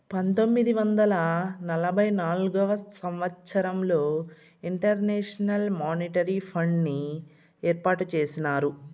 పంతొమ్మిది వందల నలభై నాల్గవ సంవచ్చరంలో ఇంటర్నేషనల్ మానిటరీ ఫండ్ని ఏర్పాటు చేసినారు